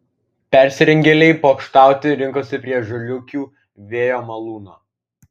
persirengėliai pokštauti rinkosi prie žaliūkių vėjo malūno